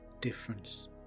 difference